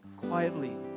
quietly